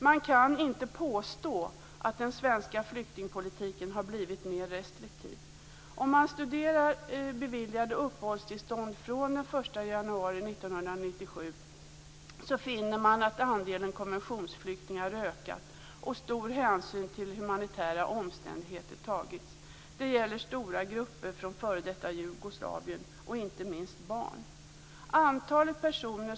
Man kan inte påstå att den svenska flyktingpolitiken har blivit mer restriktiv. den 1 januari 1997 finner man att andelen konventionsflyktingar har ökat och att stor hänsyn till humanitära omständigheter har tagits. Det gäller stora grupper från f.d. Jugoslavien och inte minst barn.